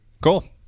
Cool